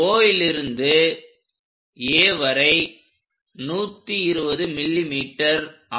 Oலிருந்து A வரை 120mm ஆகும்